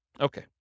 Okay